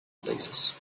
places